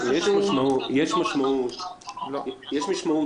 זה עדיין לא אומר שאנחנו נעביר את זה בקריאה שנייה ושלישית,